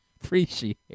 Appreciate